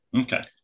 Okay